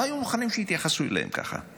הם לא היו מוכנים שיתייחסו אליהם ככה.